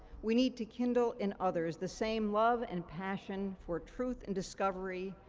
we need to kindle in others the same love and passion for truth and discovery,